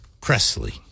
Presley